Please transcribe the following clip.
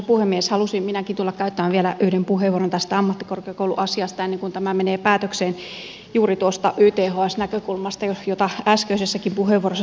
halusin minäkin tulla käyttämään vielä yhden puheenvuoron tästä ammattikorkeakouluasiasta ennen kuin tämä menee päätökseen juuri tästä yths näkökulmasta jota äskeisessäkin puheenvuorossa sivuttiin